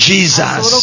Jesus